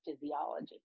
physiology